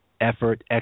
effort